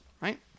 Right